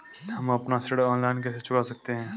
हम अपना ऋण ऑनलाइन कैसे चुका सकते हैं?